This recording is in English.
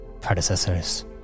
predecessors